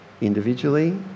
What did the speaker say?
individually